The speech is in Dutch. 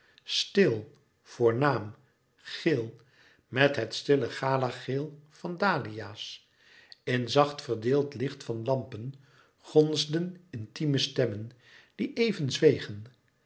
stil voornaam geel met het stille gala geel van dahlia's in zacht verdeeld licht van lampen gonsden intieme stemmen die even zwegen